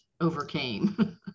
overcame